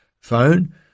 phone